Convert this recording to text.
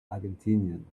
argentinien